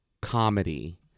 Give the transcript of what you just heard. comedy